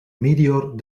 medior